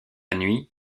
nuit